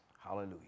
Hallelujah